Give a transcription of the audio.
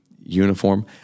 uniform